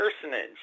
personage